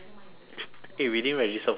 eh we didn't register for today ah